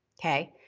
Okay